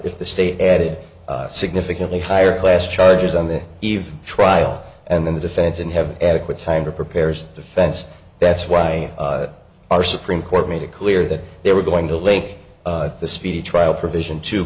if the state added significantly higher class charges on the eve trial and then the defense and have adequate time to prepare is defense that's why our supreme court made it clear that they were going to lake the speedy trial provision to